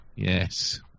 Yes